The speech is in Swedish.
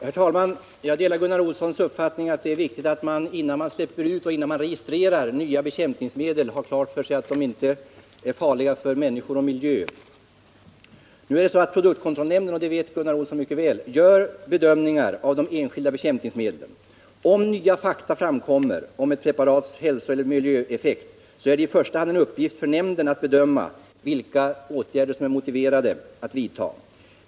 Herr talman! Jag delar Gunnar Olssons uppfattning att det är viktigt att man innan man registrerar och släpper ut nya bekämpningsmedel har klart för sig att de inte är farliga för människor och miljö. Som Gunnar Olsson mycket väl vet gör produktkontrollnämnden bedömningar av de enskilda bekämpningsmedlen. Om nya fakta framkommer om ett preparats hälsoeller miljöeffekter, är det i första hand en uppgift för nämnden att bedöma vilka åtgärder som det är motiverat att vidta.